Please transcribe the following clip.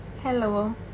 Hello